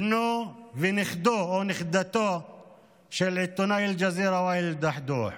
בנו ונכדו או נכדתו של עיתונאי אל-ג'זירה ואאל א-דחדוח.